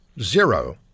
Zero